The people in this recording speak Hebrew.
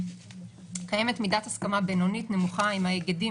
קיימת מידת הסכמה בינונית נמוכה עם ההיגדים.